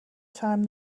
time